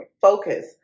focus